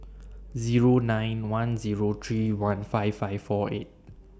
Zero nine one Zero three one five five four eight